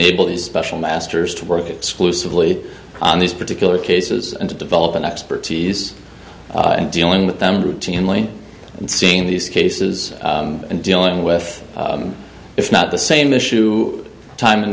these special masters to work exclusively on these particular cases and to develop an expertise dealing with them routinely and seeing these cases and dealing with if not the same issue time and